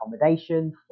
accommodation